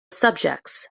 subjects